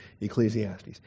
Ecclesiastes